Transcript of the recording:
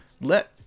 let